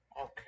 Okay